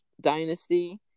dynasty